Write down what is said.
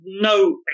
no